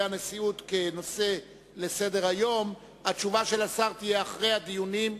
הנשיאות כהצעות לסדר-היום שמספרן 310 ו-321.